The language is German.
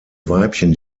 weibchen